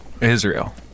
Israel